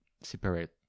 separate